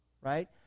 right